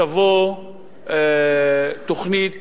תבוא תוכנית